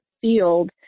Field